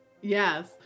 Yes